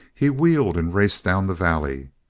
he wheeled and raced down the valley.